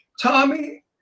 Tommy